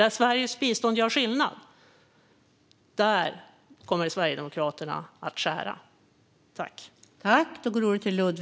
Där Sveriges bistånd gör skillnad, där kommer Sverigedemokraterna att skära ned.